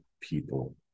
people